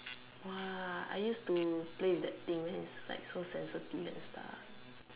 !wah! I used to play with that thing then it's like so sensitive and stuff